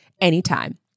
anytime